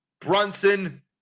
Brunson